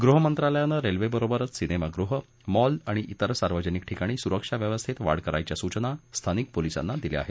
गृहमंत्रालयानं रेल्वेबरोबरच सिनेमागृह मॉल्स आणि व्विर सार्वजनिक ठिकाणी सुरक्षा व्यवस्थेत वाढ करण्याच्या सूचना स्थानिक पोलिसांना दिल्या आहेत